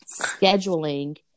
scheduling